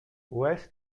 west